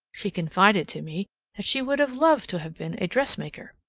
she confided to me that she would have loved to have been a dressmaker,